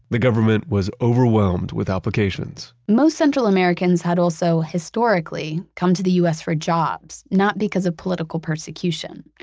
the government was overwhelmed with applications most central americans had also historically come to the u s. for jobs, not because of political persecution.